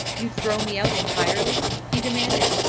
you'd throw me out entirely? he demanded.